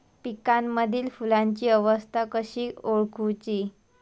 पिकांमदिल फुलांची अवस्था कशी ओळखुची?